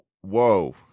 whoa